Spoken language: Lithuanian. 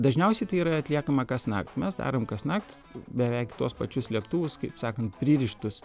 dažniausiai tai yra atliekama kasnakt mes darom kasnakt beveik tuos pačius lėktuvus kaip sakant pririštus